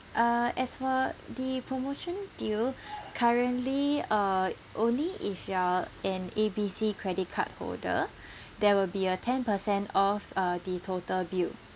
uh as for the promotion deal currently uh only if you are an A B C credit card holder there will be a ten percent off uh the total bill